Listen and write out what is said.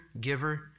giver